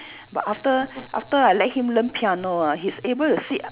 but after after I let him learn piano ah he's able to sit